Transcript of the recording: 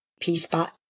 P-spot